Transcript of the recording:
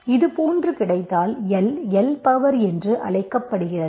இதுபோன்று கிடைத்தால் L L power என்று அழைக்கப்படுகிறது